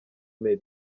made